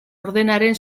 ordenaren